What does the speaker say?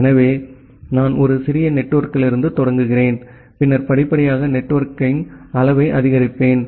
எனவே நான் ஒரு சிறிய நெட்வொர்க்கிலிருந்து தொடங்குகிறேன் பின்னர் படிப்படியாக நெட்வொர்க்கை அளவு அதிகரிப்பேன்